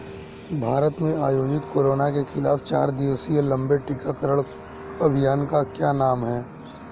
भारत में आयोजित कोरोना के खिलाफ चार दिवसीय लंबे टीकाकरण अभियान का क्या नाम है?